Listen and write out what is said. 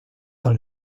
dans